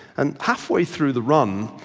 and halfway through the run,